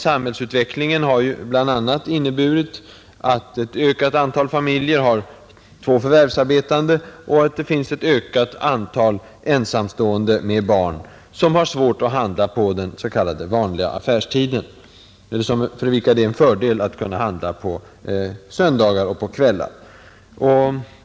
Samhällsutvecklingen har bl.a. inneburit att antalet familjer, där båda makarna förvärvsarbetar, har ökat liksom även antalet ensamstående med barn, vilka har svårt att göra sina inköp på s.k. vanlig affärstid och för vilka det alltså är en fördel att kunna handla på söndagar och kvällar.